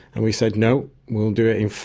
and we said no, we'll do it in